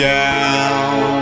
down